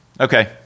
okay